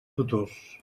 tutors